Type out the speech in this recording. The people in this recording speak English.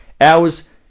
hours